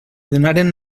donaren